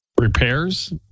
repairs